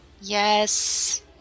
Yes